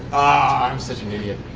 i'm such an idiot.